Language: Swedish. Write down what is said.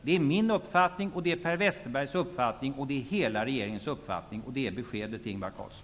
Det är min uppfattning att vi skall göra så, det är Per Westerbergs uppfattning och det är hela regeringens uppfattning. Det är beskedet till